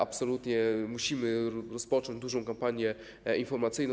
Absolutnie musimy rozpocząć dużą kampanię informacyjną.